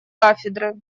кафедры